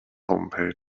homepage